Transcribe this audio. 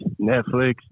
Netflix